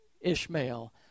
Ishmael